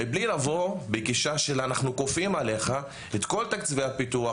מבלי לבוא בגישה של אנחנו כופים עליך את כל תקציבי הפיתוח,